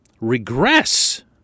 regress